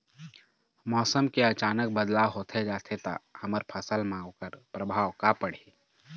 मौसम के अचानक बदलाव होथे जाथे ता हमर फसल मा ओकर परभाव का पढ़ी?